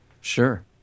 Sure